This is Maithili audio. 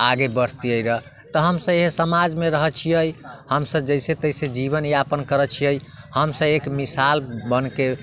आगे बढ़तियै गऽ तऽ हमसब अइ समाजमे रहै छियै हमसब जैसे तैसे जीवनयापन करै छियै हमसब एक मिसाल बनके आगे